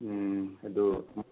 ꯑꯗꯨ